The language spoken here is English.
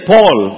Paul